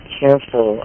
careful